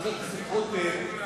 חבר הכנסת רותם,